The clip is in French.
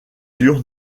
dur